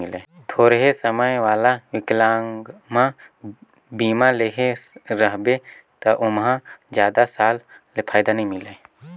थोरहें समय वाला विकलांगमा बीमा लेहे रहबे त ओमहा जादा साल ले फायदा नई मिले